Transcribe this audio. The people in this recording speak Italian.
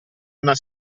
una